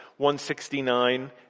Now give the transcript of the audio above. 169